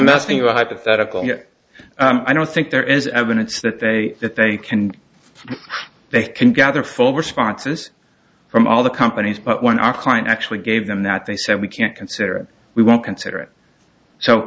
nothing about hypothetical i don't think there is evidence that they that they can they can gather full responses from all the companies but when our client actually gave them that they said we can't consider it we won't consider it so